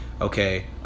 okay